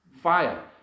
fire